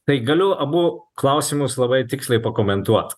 tai galiu abu klausimus labai tiksliai pakomentuot